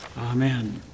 amen